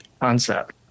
concept